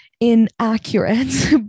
inaccurate